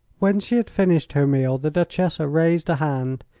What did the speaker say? when she had finished her meal the duchessa raised a hand,